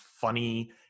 funny